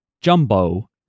Jumbo